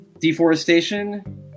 deforestation